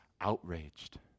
outraged